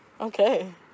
Okay